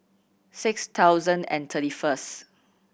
six thousand and thirty first